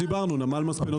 בנמל חיפה.